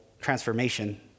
transformation